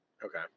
Okay